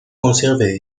conservé